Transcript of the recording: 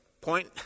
Point